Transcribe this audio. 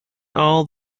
all